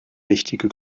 richtige